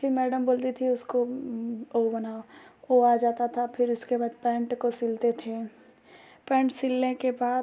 फिर मैडम बोलती थी उसको वो बनाओ वो जाता था फिर उसके बाद पैन्ट को सिलते थे पैन्ट सिलने के बाद